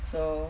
so